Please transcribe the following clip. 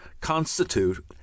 constitute